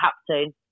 captain